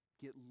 get